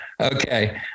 Okay